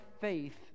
faith